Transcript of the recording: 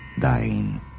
dying